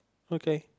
okay